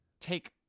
take